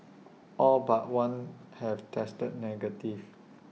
all but one have tested negative